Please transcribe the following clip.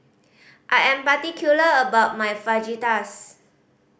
I am particular about my Fajitas